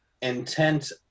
intent